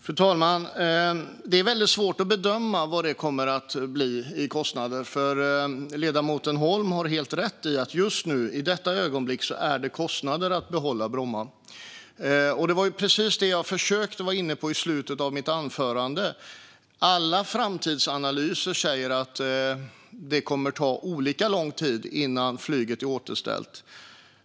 Fru talman! Det är väldigt svårt att bedöma vad det kommer att bli i kostnader. Ledamoten Holm har helt rätt i att just nu i detta ögonblick är det kostnader för att behålla Bromma. Det var precis det jag försökte gå in på i slutet av mitt anförande. Alla framtidsanalyser säger att det kommer att ta olika lång tid innan flyget är återställt.